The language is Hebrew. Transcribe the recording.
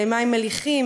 מים מליחים,